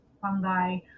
fungi